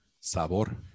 Sabor